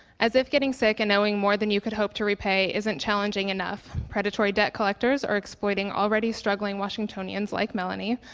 as if getting sick and owing more than you could hope to repay isn't challenging enough, predatory debt collectors are exploiting already-struggling washingtonians like melanie,